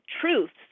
truths